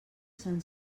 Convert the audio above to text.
sant